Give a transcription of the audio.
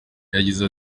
yagize